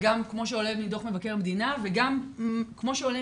וגם כמו שעולה מדוח מבקר המדינה וגם כמו שעולה